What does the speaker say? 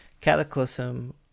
Cataclysm